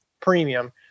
premium